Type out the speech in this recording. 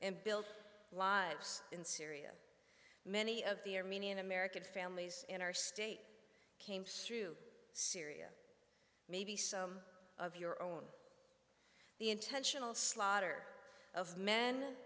and built lives in syria many of the armenian american families in our state came through syria maybe some of your own the intentional slaughter of men